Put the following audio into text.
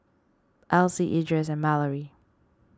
Elzie Edris and Malorie